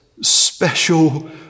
special